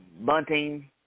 Bunting